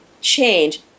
change